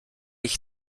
ich